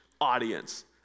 audience